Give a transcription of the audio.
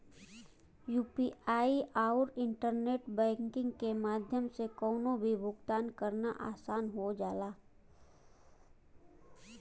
UPI आउर internet banking के माध्यम से कउनो भी भुगतान करना आसान हो जाला